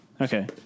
Okay